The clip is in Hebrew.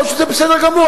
יכול להיות שזה בסדר גמור,